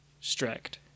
strict